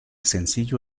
sencillo